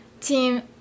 team